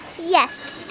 Yes